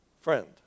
Friend